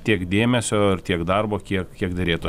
tiek dėmesio ir tiek darbo kiek kiek derėtų